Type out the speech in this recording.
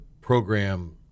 program